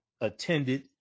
attended